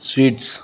sweets